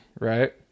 right